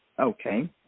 Okay